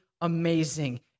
amazing